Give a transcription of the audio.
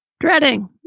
dreading